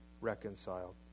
reconciled